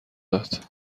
داد